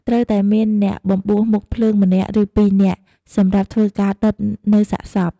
ត្រូវតែមានអ្នកបំបួសមុខភ្លើងម្នាក់ឬពីរនាក់ សម្រាប់ធ្វើការដុតនៅសាកសព។